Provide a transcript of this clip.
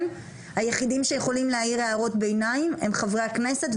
לתלמידים שהולכים להתגייס לצה"ל,